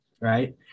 right